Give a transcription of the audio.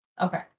Okay